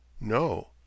No